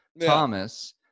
Thomas